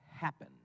happen